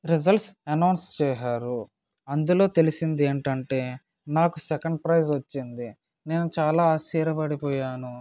results announce చేసారు అందులో తెలిసింది ఏంటంటే నాకు సెకండ్ ప్రైస్ వచ్చింది నేను చాలా ఆశ్చర్యపడిపోయాను